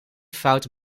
foute